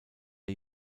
der